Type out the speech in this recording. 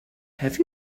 have